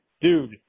Dude